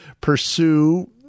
pursue